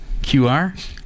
QR